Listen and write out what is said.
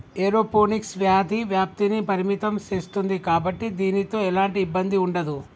aeroponics వ్యాధి వ్యాప్తిని పరిమితం సేస్తుంది కాబట్టి దీనితో ఎలాంటి ఇబ్బంది ఉండదు